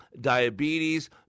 diabetes